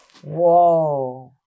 whoa